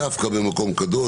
דווקא במקום קדוש.